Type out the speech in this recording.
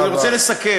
אני רוצה לסכם.